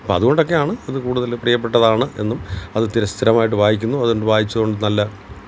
അപ്പം അതുകൊണ്ടൊക്കെയാണ് ഇത് കൂടുതലും പ്രിയപ്പെട്ടതാണ് എന്നും അത് സ്ഥിരമായിട്ട് വായിക്കുന്നു അതുകൊണ്ട് വായിച്ചതുകൊണ്ട് നല്ല